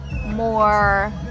more